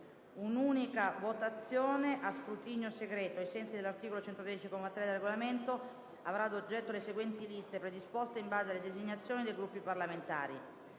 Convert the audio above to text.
Un'unica votazione a scrutinio segreto, ai sensi dell'articolo 113, comma 3, del Regolamento, avrà ad oggetto le seguenti liste predisposte in base alle designazioni dei Gruppi parlamentari: